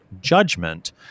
judgment